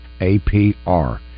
APR